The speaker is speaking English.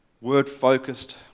word-focused